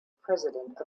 president